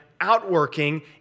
outworking